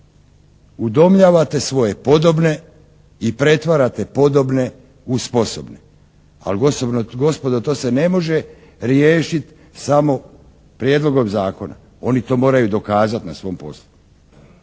Udomljavate svoje podobne i pretvarate podobne u sposobne. Ali gospodo, to se ne može riješiti samo prijedlogom zakona. Oni to moraju dokazati na svom poslu